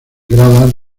gradas